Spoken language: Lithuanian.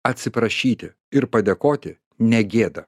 atsiprašyti ir padėkoti negėda